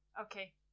Okay